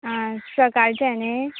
आं सकाळचें न्ही